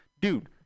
Dude